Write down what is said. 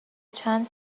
چند